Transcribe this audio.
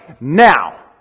now